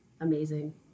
amazing